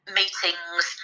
meetings